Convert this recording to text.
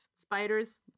Spiders